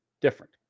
different